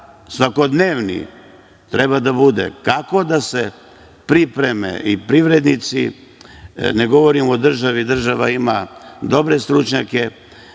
svakodnevni treba da bude kako da se pripreme i privrednici, ne govorim o državi, država ima dobre stručnjake.